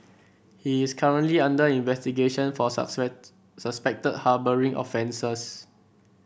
he is currently under investigation for suspected harbouring offences